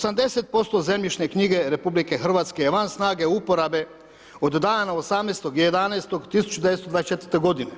80% zemljišne knjige RH je van snage uporabe od dana 18.11.1924. godine.